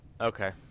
Okay